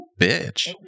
bitch